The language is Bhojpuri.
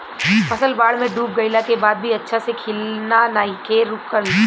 फसल बाढ़ में डूब गइला के बाद भी अच्छा से खिलना नइखे रुकल